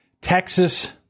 Texas